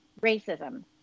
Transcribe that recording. Racism